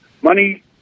money